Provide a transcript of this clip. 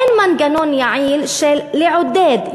אין מנגנון יעיל של לעודד.